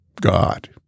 God